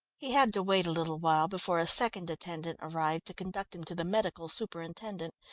he had to wait a little while before a second attendant arrived to conduct him to the medical superintendent,